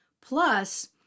Plus